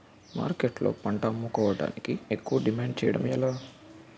మార్కెట్లో పంట అమ్ముకోడానికి ఎక్కువ డిమాండ్ చేయడం ఎలా?